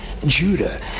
Judah